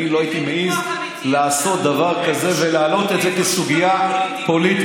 אני לא הייתי מעז לעשות דבר כזה ולהעלות את זה כסוגיה פוליטית.